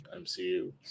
MCU